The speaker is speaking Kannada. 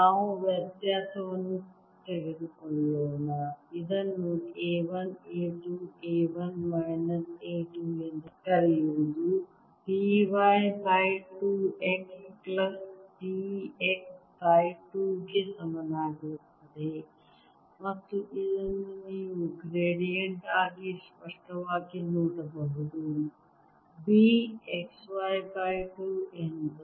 ನಾವು ವ್ಯತ್ಯಾಸವನ್ನು ತೆಗೆದುಕೊಳ್ಳೋಣ ಇದನ್ನು A 1 A 2 A 1 minus A 2 ಎಂದು ಕರೆಯುವುದು B y by 2 x plus B x by 2 ಗೆ ಸಮಾನವಾಗಿರುತ್ತದೆ ಮತ್ತು ಇದನ್ನು ನೀವು ಗ್ರೇಡಿಯಂಟ್ ಆಗಿ ಸ್ಪಷ್ಟವಾಗಿ ನೋಡಬಹುದು B xy ಬೈ 2 ಎಂದು